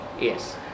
Yes